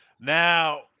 Now